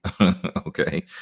Okay